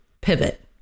pivot